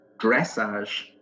dressage